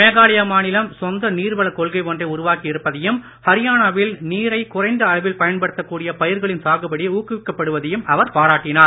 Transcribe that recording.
மேகாலயா மாநிலம் சொந்த நீர்வளக் கொள்கை ஒன்றை உருவாக்கி இருப்பதையும் ஹரியானாவில் நீரை குறைந்த அளவில் பயன்படுத்தக்கூடிய பயிர்களின் சாகுபடி ஊக்குவிக்க படுவதையும் அவர் பாராட்டினார்